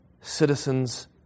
citizens